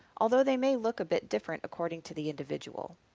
although they may look a bit different according to the individual.